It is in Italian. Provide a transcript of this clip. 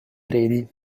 eredi